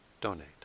donate